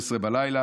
24:00,